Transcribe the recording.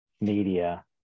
media